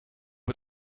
het